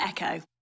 Echo